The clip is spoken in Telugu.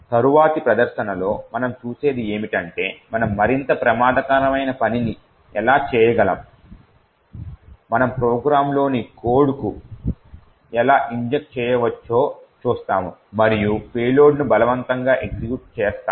తరువాతి ప్రదర్శనలో మనం చూసేది ఏమిటంటే మనం మరింత ప్రమాదకరమైన పనిని ఎలా చేయగలం మనం ప్రోగ్రామ్లోకి కోడ్ను ఎలా ఇంజెక్ట్ చేయవచ్చో చూస్తాము మరియు పేలోడ్ను బలవంతంగా ఎగ్జిక్యూట్ చేస్తాము